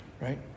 right